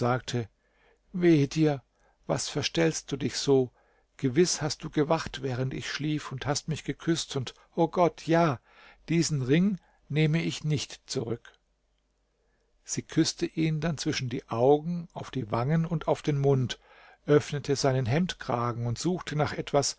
dir was verstellst du dich so gewiß hast du gewacht während ich schlief und hast mich geküßt und o gott ja diesen ring nehme ich nicht zurück sie küßte ihn dann zwischen die augen auf die wangen und auf den mund öffnete seinen hemdkragen und suchte nach etwas